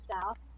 south